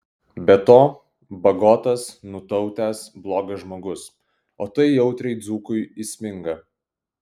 be to bagotas nutautęs blogas žmogus o tai jautriai dzūkui įsminga